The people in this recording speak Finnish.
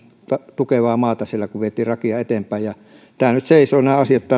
tukevaa maata siellä kun vietiin lakia eteenpäin nämä asiat nyt seisovat täällä